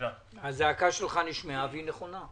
הזעקה שלך נשמעה והיא נכונה.